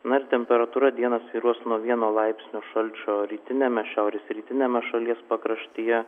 na ir temperatūra dieną svyruos nuo vieno laipsnio šalčio rytiniame šiaurės rytiniame šalies pakraštyje